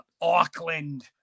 Auckland